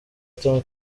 tom